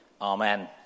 Amen